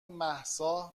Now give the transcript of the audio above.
مهسا